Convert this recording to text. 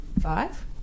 five